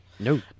No